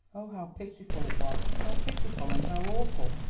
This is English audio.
oh, how pitiful it was how pitiful and how awful!